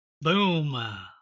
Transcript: boom